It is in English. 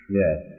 yes